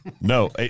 No